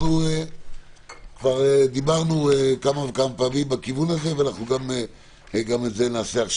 כבר דיברנו כמה פעמים בכיוון, וגם את זה נעשה.